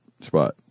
spot